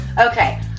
Okay